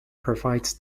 provides